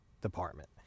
department